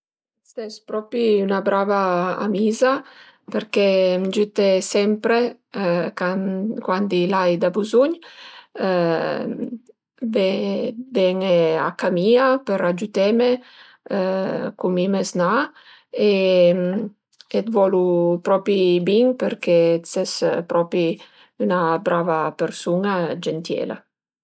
Ses propi 'na brava amiza perché m'giüte sempre cant cuandi l'ai da buzugn, ven-e a ca mia për giüteme cun mi maznà e t'volu propi bin perché ses propi 'na brava persun-a, gëntiela